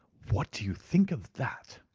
what do you think of that?